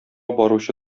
баручы